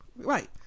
Right